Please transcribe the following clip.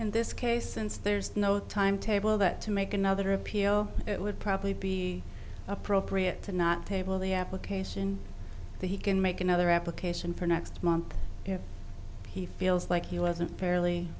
in this case since there's no timetable that to make another appeal it would probably be appropriate to not table the application so he can make another application for next month if he feels like he wasn't fairly